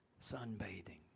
sunbathing